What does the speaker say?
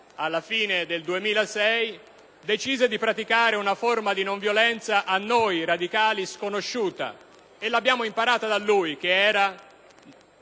alla fine del 2006, decise di praticare una forma di non violenza (a noi radicali sconosciuta e che abbiamo imparato da lui, che era